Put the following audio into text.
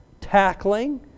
tackling